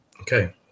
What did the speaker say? Okay